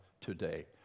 today